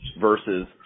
versus